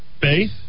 faith